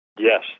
Yes